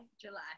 July